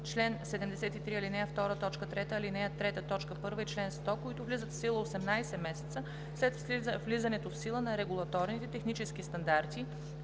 т. 3, ал. 3, т. 1 и чл. 100, които влизат в сила 18 месеца след влизането в сила на регулаторните технически стандарти,